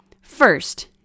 First